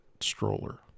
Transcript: stroller